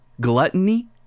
gluttony